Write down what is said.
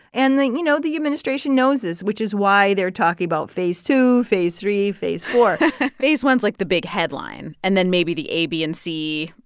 and the you know, the administration knows this, which is why they're talking about phase two, phase three, phase four phase one's, like, the big headline. and then maybe the a, b and c,